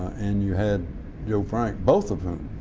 and you had joe frank. both of them